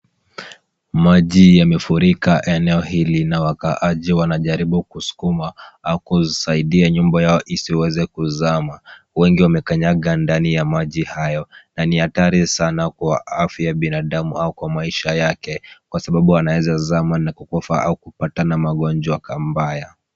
Maji yamefurika eneo hili na wakaaji wanajaribu kusukuma au kusaidia nyumba yao isiweze kuzama. Wengi wamekanyanga ndani ya maji hayo na ni hatari sana kwa afya ya binadamu au kwa maisha yake, kwa sababu anaweza zama na kukufa au kupatikana na magonjwa mbaya.